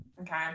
okay